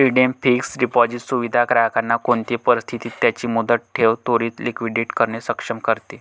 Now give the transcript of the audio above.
redeemed fixed deposit सुविधा ग्राहकांना कोणते परिस्थितीत त्यांची मुदत ठेव त्वरीत लिक्विडेट करणे सक्षम करते